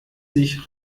sich